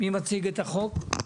מי מציג את החוק?